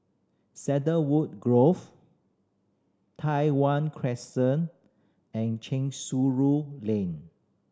Cedarwood Grove Tai Hwan Crescent and Lane